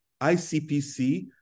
ICPC